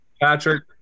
Patrick